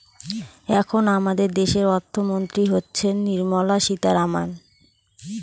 এখন আমাদের দেশের অর্থমন্ত্রী হচ্ছেন নির্মলা সীতারামন